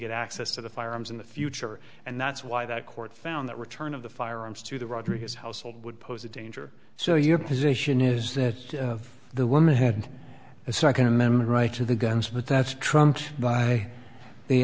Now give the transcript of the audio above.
get access to the firearms in the future and that's why that court found that return of the firearms to the rodriguez household would pose a danger so your position is that the woman had a second amendment right to the guns but that's trumped by the